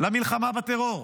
למלחמה בטרור.